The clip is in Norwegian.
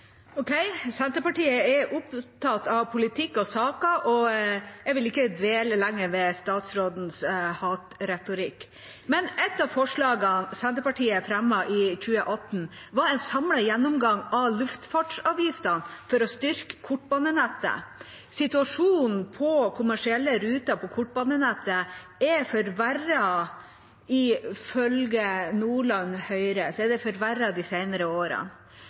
Ok, Senterpartiet er opptatt av politikk og saker, og jeg vil ikke dvele lenger ved statsrådens hatretorikk. Et av forslagene Senterpartiet fremmet i 2018, var å få en samlet gjennomgang av luftfartsavgiftene for å styrke kortbanenettet. Situasjonen for kommersielle ruter på kortbanenettet er forverret – ifølge Nordland Høyre er den forverret de senere årene.